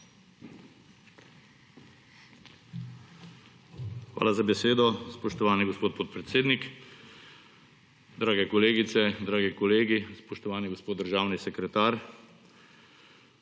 Hvala za besedo. Spoštovani gospod podpredsednik, drage kolegice, dragi kolegi, spoštovani gospod državni sekretar!